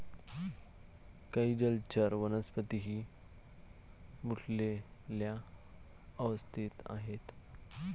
काही जलचर वनस्पतीही बुडलेल्या अवस्थेत आहेत